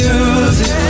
Music